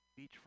beachfront